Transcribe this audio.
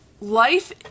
life